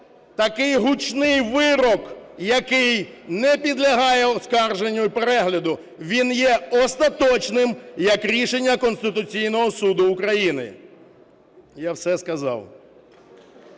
такий гучний вирок, який не підлягає оскарженню і перегляду, він є остаточним, як рішення Конституційного Суду України. Я все сказав.